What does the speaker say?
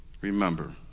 remember